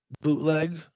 bootleg